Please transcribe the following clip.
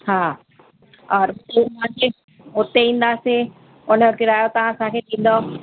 हा और पोइ जीअं उते ईंदासीं उन जो किरायो तव्हां असांखे ॾींदव